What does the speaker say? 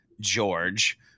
george